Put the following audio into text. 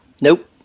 Nope